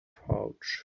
pouch